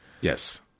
Yes